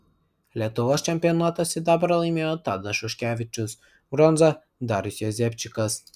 lietuvos čempionato sidabrą laimėjo tadas šuškevičius bronzą darius jazepčikas